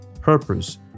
purpose